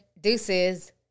Deuces